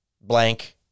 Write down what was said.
blank